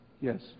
Yes